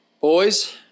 boys